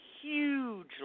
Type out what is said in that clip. huge